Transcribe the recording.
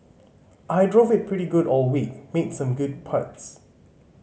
I drove it pretty good all week made some good putts